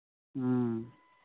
ꯎꯝ